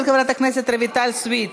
של חברת הכנסת רויטל סויד.